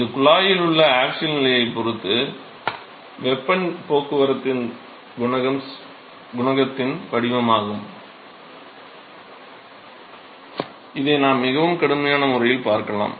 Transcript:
இது குழாயில் உள்ள ஆக்ஸியல் நிலையைப் பொறுத்து வெப்பப் போக்குவரத்து குணகத்தின் வடிவமாகும் இதை நாம் மிகவும் கடுமையான முறையில் பார்க்கலாம்